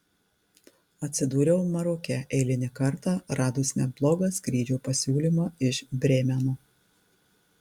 atsidūriau maroke eilinį kartą radus neblogą skrydžio pasiūlymą iš brėmeno